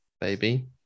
baby